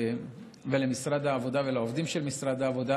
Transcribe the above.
למשרד העבודה ולעובדים של משרד העבודה,